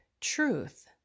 truth